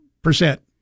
percent